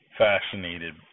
Fascinated